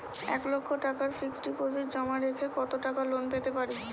এক লক্ষ টাকার fixed deposit জমা রেখে কত টাকা লোন পেতে পারি?